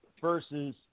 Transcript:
versus